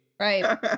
Right